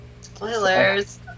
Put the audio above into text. Spoilers